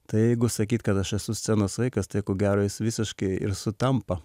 tai jeigu sakyt kad aš esu scenos vaikas tai ko gero jis visiškai sutampa